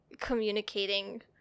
communicating